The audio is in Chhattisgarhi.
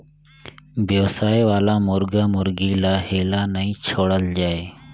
बेवसाय वाला मुरगा मुरगी ल हेल्ला नइ छोड़ल जाए